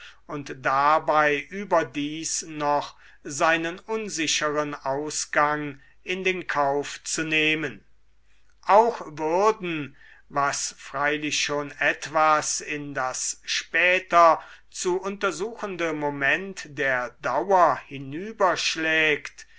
und dabei überdies noch seinen unsicheren ausgang in den kauf zu nehmen auch würden was freilich schon etwas in das später zu untersuchende moment der dauer